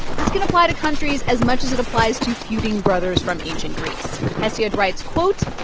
this can apply to countries as much as it applies to feuding brothers from ancient greece. hesiod writes, quote,